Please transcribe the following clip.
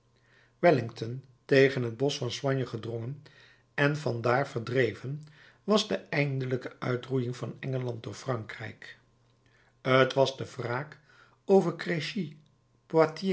wellington tegen het bosch van soignes gedrongen en van daar verdreven was de eindelijke uitroeiing van engeland door frankrijk t was de wraak over